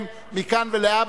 טלב אלסאנע ומסעוד גנאים,